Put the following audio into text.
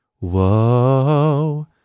Whoa